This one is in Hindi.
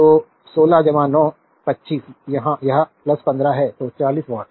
तो 16 9 25 यहां यह 15 है तो 40 वाट